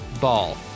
ball